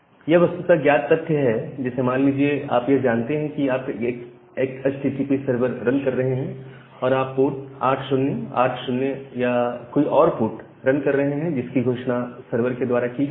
यह वस्तुतः ज्ञात तथ्य है जैसे मान लीजिए आप यह जानते हैं कि आप एक एचटीटीपी सर्वर रन कर रहे हैं और आप पोर्ट 8080 या कोई और पोर्ट रन कर रहे हैं जिसकी घोषणा सर्वर के द्वारा की गई है